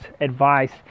advice